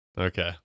okay